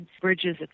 bridges